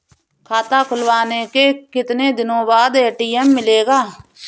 खाता खुलवाने के कितनी दिनो बाद ए.टी.एम मिलेगा?